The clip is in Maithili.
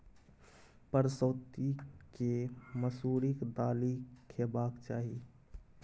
परसौती केँ मसुरीक दालि खेबाक चाही